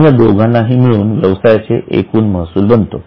आणि या दोघांनाही मिळून व्यवसायाचा एकूण महसूल बनतो